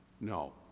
No